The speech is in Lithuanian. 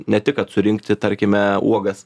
ne tik kad surinkti tarkime uogas